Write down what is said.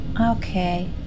Okay